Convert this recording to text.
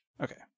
Okay